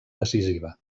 decisiva